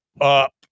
up